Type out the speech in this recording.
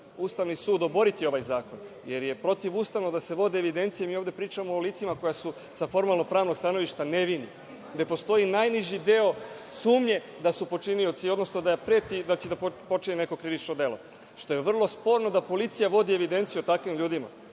Ustavni sud oboriti ovaj zakon, jer je protiv Ustavno da se vode evidencije. Mi ovde pričamo o licima koja su sa formalno-pravnog stanovišta nevini. Ne postoji najniži deo sumnje da su počinioci, odnosno da preti da će da počini neko krivično delo, što je vrlo sporno da policija vodi evidenciju o takvim ljudima. Znači,